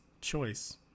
choice